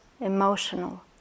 emotional